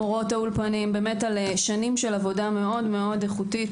מורות האולפנים על שנים של עבודה מאוד איכותית